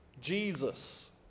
Jesus